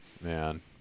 Man